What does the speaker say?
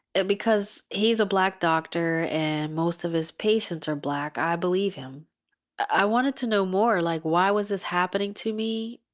because he's a black doctor and most of his patients are black, i believe him i wanted to know more, like why was this happening to me,